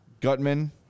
Gutman